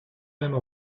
mêmes